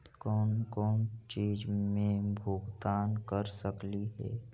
कौन कौन चिज के भुगतान कर सकली हे?